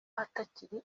atakiri